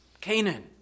Canaan